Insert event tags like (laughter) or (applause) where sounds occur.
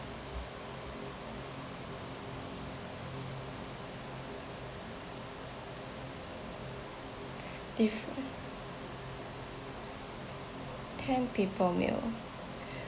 (noise) ten people meal